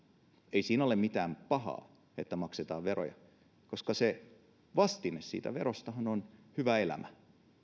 ei siinä ole mitään pahaa että maksetaan veroja koska se vastinehan siitä verosta on hyvä elämä